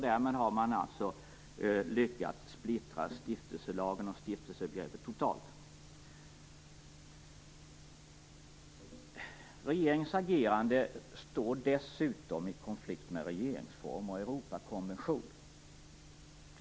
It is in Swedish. Därmed har man alltså lyckats splittra stiftelselagen och stiftelsebegreppet totalt. Regeringens agerande står dessutom i konflikt med regeringsform och Europakonvention.